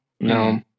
No